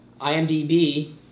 IMDb